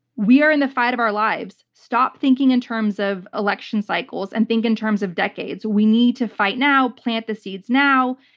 we are in the fight of our lives. stop thinking in terms of election cycles and think in terms of decades, where we need to fight now, plant the seeds now,